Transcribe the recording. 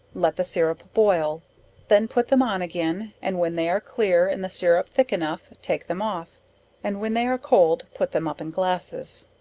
let the sirrup boil then put them on again and when they are clear, and the sirrup thick enough, take them off and when they are cold, put them up in glasses.